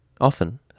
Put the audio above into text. often